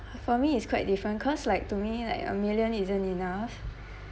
for me it's quite different cause like to me like a million isn't enough